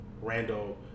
Randall